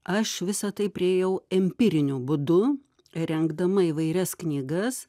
aš visa tai priėjau empiriniu būdu rengdama įvairias knygas